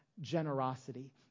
generosity